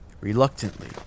Reluctantly